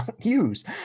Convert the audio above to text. use